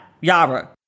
Yara